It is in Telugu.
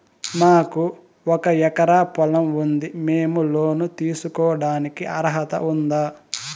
మాకు ఒక ఎకరా పొలం ఉంది మేము లోను తీసుకోడానికి అర్హత ఉందా